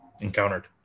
encountered